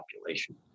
population